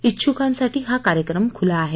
छिछ्कांसाठी हा कार्यक्रम खुला आहे